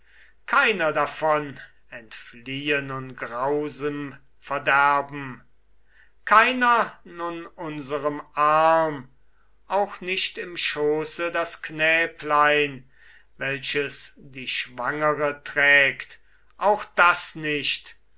keiner davon entfliehe nun grausem verderben keiner nun unserem arm auch nicht im schoße das knäblein welches die schwangere trägt auch das nicht